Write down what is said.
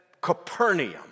Capernaum